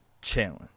challenge